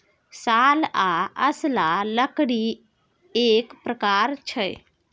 साल आ असला लकड़ीएक प्रकार छै